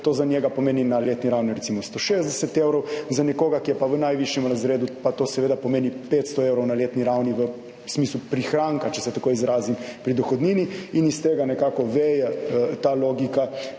to za njega pomeni na letni ravni recimo 160 evrov, za nekoga, ki je pa v najvišjem razredu, pa to seveda pomeni 500 evrov na letni ravni v smislu prihranka, če se tako izrazim, pri dohodnini. In iz tega nekako veje ta logika